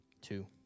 two